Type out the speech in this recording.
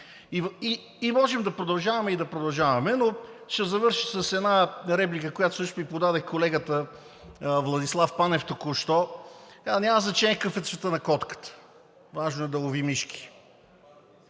И можем да продължаваме и да продължаваме. Но ще завърша с една реплика, която всъщност ми подаде колегата Владислав Панев току-що. Каза: „Няма значение какъв е цветът на котката, важно е да лови мишки.“